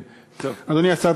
אדוני השר,